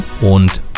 und